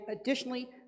additionally